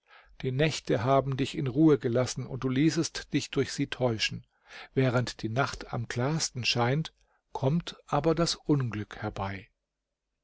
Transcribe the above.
die nächte haben dich in ruhe gelassen und du ließest dich durch sie täuschen während die nacht am klarsten scheint kommt aber das unglück herbei